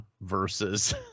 versus